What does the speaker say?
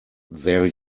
there